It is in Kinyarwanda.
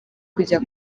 kujya